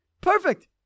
Perfect